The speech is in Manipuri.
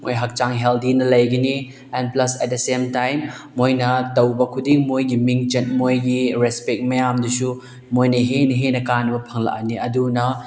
ꯃꯣꯏ ꯍꯛꯆꯥꯡ ꯍꯦꯜꯗꯤꯅ ꯂꯩꯒꯅꯤ and plus at the same time ꯃꯣꯏꯅ ꯇꯧꯕ ꯈꯨꯗꯤꯡ ꯃꯣꯏꯒꯤ ꯃꯤꯡꯆꯠ ꯃꯣꯏꯒꯤ ꯔꯦꯁꯄꯦꯛ ꯃꯌꯥꯝꯗꯨꯁꯨ ꯃꯣꯏꯅ ꯍꯦꯟꯅ ꯍꯦꯟꯅ ꯀꯥꯟꯅꯕ ꯐꯪꯂꯛꯑꯅꯤ ꯑꯗꯨꯅ